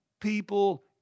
people